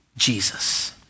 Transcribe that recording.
Jesus